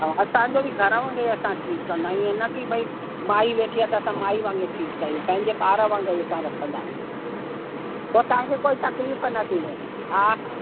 हा असांजो बि घर वांगुरु ई असां ट्रीट कंदा आहियूं ईअं न की भई माई वेठी आहे त असां माई वांगुरु ट्रीट कयूं पंहिंजे ॿार वांगुरु ई असां रखंदा आहियूं पोइ तव्हांखे कोई तकलीफ़ न थींदी हा हा